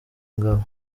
ngabo